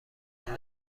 این